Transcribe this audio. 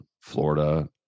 Florida